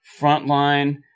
frontline